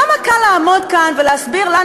כמה קל לעמוד כאן ולהסביר לנו,